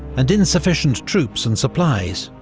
and insufficient troops and supplies.